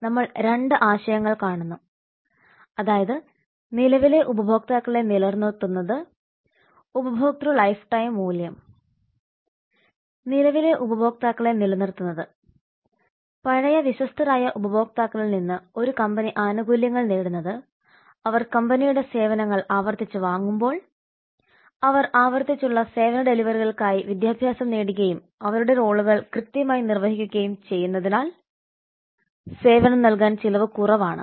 ഇവിടെ നമ്മൾ രണ്ട് ആശയങ്ങൾ കാണുന്നു അതായത് നിലവിലെ ഉപഭോക്താക്കളെ നിലനിർത്തുന്നത് ഉപഭോക്തൃ ലൈഫ് ടൈം മൂല്യം നിലവിലെ ഉപഭോക്താക്കളെ നിലനിർത്തുന്നത് പഴയ വിശ്വസ്തരായ ഉപഭോക്താക്കളിൽ നിന്ന് ഒരു കമ്പനി ആനുകൂല്യങ്ങൾ നേടുന്നത് അവർ കമ്പനിയുടെ സേവനങ്ങൾ ആവർത്തിച്ച് വാങ്ങുമ്പോൾ അവർ ആവർത്തിച്ചുള്ള സേവന ഡെലിവറികൾക്കായി വിദ്യാഭ്യാസം നേടുകയും അവരുടെ റോളുകൾ കൃത്യമായി നിർവഹിക്കുകയും ചെയ്യുന്നതിനാൽ സേവനം നൽകാൻ ചിലവ് കുറവാണ്